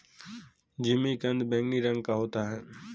जिमीकंद बैंगनी रंग का होता है